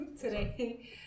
today